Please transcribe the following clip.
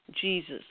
Jesus